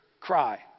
cry